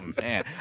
man